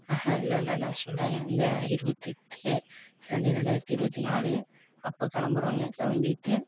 ஆஹங் இல்லை இல்லை இல்லை சொல்கிறேங்க இந்த இருபத்தெட்டு ரெண்டு ரெண்டாயிரத்தி இருபத்தி நாலு அப்போ கிளம்புறோங்க கிளம்பிட்டு